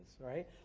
right